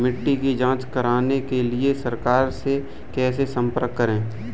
मिट्टी की जांच कराने के लिए सरकार से कैसे संपर्क करें?